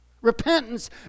Repentance